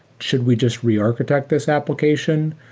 should we just re-architect this application?